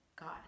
God